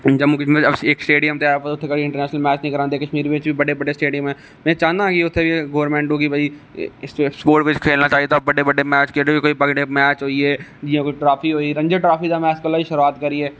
जम्मू कशमीर इक स्टेडियम ते ऐ पर उत्थै कदें बी इंटरनेशनल मैच नेई करांदे इयां कशमीर बिच बी बड़े बड़े स्टेडियम हैन में चाहना कि उत्थै गौरमैंट कि उत्थै बी सपोट बिच खेलना चाहिदा बड़े बड़े मैच जेहड़े मैच होई गे जियां कोई ट्राफी होई गेई रांजी ट्राफी कोला गै शुरुआत करिये